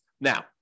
Now